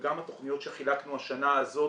וגם התוכניות שחילקנו השנה הזאת,